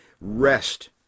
rest